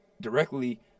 directly